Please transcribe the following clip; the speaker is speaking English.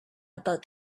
about